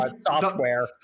software